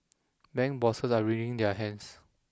bank bosses are wringing their hands